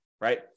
right